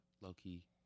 Low-key